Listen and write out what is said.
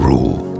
Rule